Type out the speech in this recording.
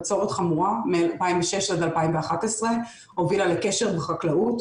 בצורת חמורה מ-2006 עד 2011 הובילה לכשל בחקלאות,